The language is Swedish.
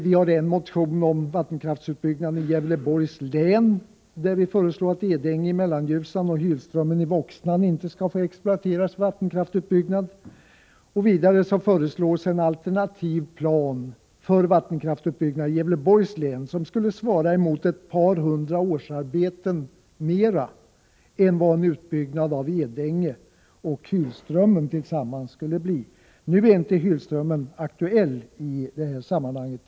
Vi har en motion om vattenkraftsutbyggnaden i Gävleborgs län, där vi föreslår att Edänge i Mellanljusnan och Hylströmmen i Voxnan inte skall få exploateras för vattenkraftsutbyggnad. Vidare föreslås en alternativ plan för vattenkraftsutbyggnad i Gävleborgs län, som skulle motsvara ett par hundra årsarbeten mera än vad en utbyggnad av Edänge och Hylströmmen tillsammans skulle innebära. Nu är inte Hylströmmen aktuell i det här sammanhanget.